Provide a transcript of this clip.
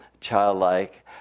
childlike